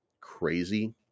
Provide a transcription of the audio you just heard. crazy